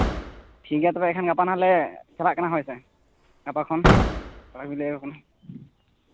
ᱴᱷᱤᱠ ᱜᱮᱭᱟ ᱛᱚᱵᱮ ᱮᱱᱠᱷᱟᱱ ᱜᱟᱯᱟ ᱦᱟᱸᱜ ᱞᱮ ᱪᱟᱞᱟᱜ ᱠᱟᱱᱟ ᱦᱳᱭ ᱥᱮ ᱜᱟᱯᱟ ᱠᱷᱚᱱ ᱠᱚᱲᱟ ᱠᱚᱧ ᱞᱟᱹᱭ ᱟᱠᱚ ᱠᱟᱱᱟ